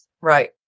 Right